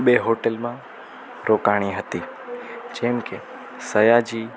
બે હોટેલમાં રોકાઈ હતી જેમકે સયાજી